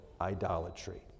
idolatry